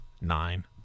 nine